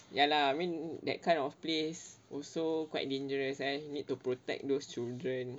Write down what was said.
ya lah mean that kind of place also quite dangerous eh need to protect those children